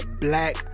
black